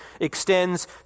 extends